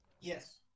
Yes